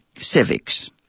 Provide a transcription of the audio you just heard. civics